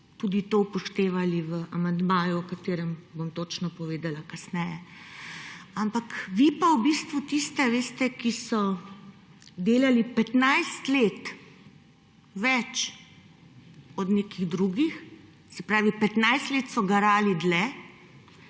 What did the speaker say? tudi to upoštevali v amandmaju, o katerem bom točno povedala kasneje. Ampak vi pa v bistvu tiste izenačite, ki so delali 15 let več od nekih drugih, 15 let so garali dlje,